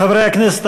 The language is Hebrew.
חברי הכנסת,